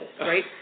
right